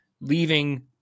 leaving